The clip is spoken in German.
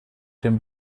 dem